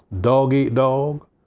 dog-eat-dog